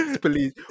Police